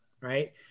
right